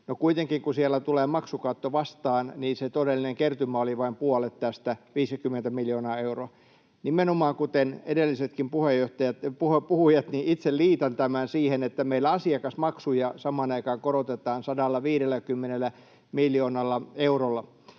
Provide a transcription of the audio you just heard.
kuitenkin kun siellä tulee maksukatto vastaan, niin se todellinen kertymä oli vain puolet tästä, 50 miljoonaa euroa. Nimenomaan kuten edellisetkin puhujat, itse liitän tämän siihen, että meillä asiakasmaksuja samaan aikaan korotetaan 150 miljoonalla eurolla.